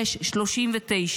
6:39,